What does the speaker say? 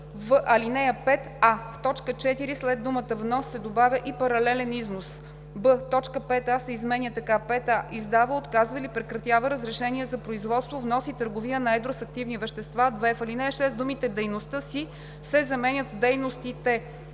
В ал. 5: а) в т. 4 след думата „внос“ се добавя „и паралелен износ“. б) т. 5а се изменя така: „5а. издава, отказва или прекратява разрешение за производство, внос и търговията на едро с активни вещества;“. 2. В ал. 6 думите „дейността си“ се заменят с „дейностите“.